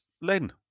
Len